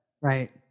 Right